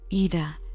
Ida